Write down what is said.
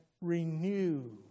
renew